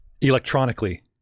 Electronically